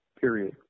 period